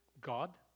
God